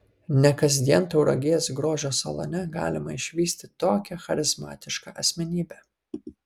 ne kasdien tauragės grožio salone galima išvysti tokią charizmatišką asmenybę